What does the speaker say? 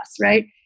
right